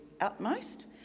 utmost